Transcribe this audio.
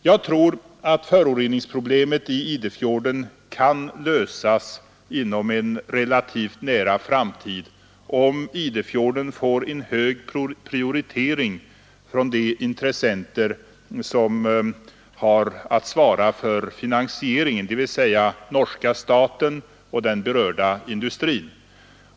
Jag tror att föroreningsproblemet i Idefjorden kan lösas inom en relativt nära framtid, om Idefjorden får en hög prioritering av de intressenter som har att svara för finansieringen, dvs. norska staten och den berörda industrin.